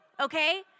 okay